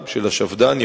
השפד"ן?